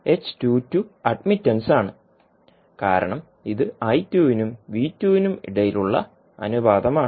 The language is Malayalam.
അഡ്മിറ്റൻസ് ആണ് കാരണം ഇത് നും നും ഇടയിലുള്ള അനുപാതമാണ്